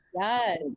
Yes